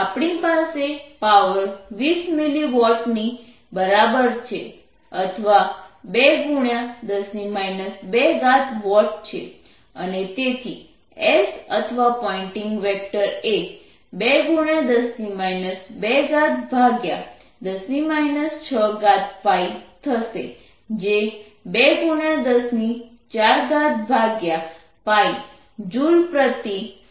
આપણી પાસે power 20 milliwatt ની બરાબર છે અથવા 210 2 વોટ છે અને તેથી S અથવા પોઇન્ટિંગ વેક્ટર એ 210 2 10 6 π થશે જે 2104 π Js m2 ના બરાબર છે